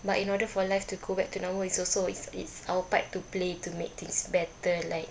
but in order for life to go back to normal it's also it's it's our part to play to make things better like